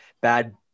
bad